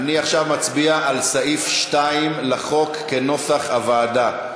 עכשיו נצביע על סעיף 2 לחוק, כנוסח הוועדה.